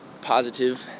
positive